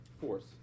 force